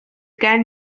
gen